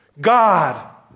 God